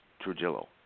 Trujillo